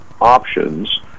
options